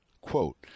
Quote